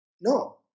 No